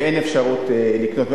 ואין אפשרות לקנות.